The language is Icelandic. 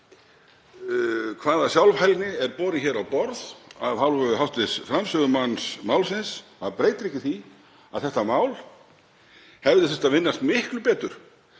hvaða sjálfhælni er borin á borð af hálfu hv. framsögumanns málsins, það breytir ekki því að þetta mál hefði þurft að vinnast miklu betur